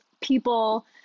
people